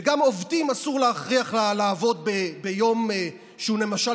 גם עובדים אסור להכריח לעבוד ביום שהוא למשל,